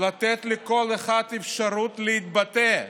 לתת לכל אחד אפשרות להתבטא.